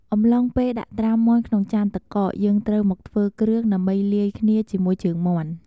អំឡុងពេលដាក់ត្រាំមាន់ក្នុងចានទឹកកក យើងត្រូវមកធ្វើគ្រឿង ដើម្បីលាយគ្នាជាមួយជើងមាន់។